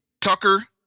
Tucker